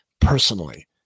personally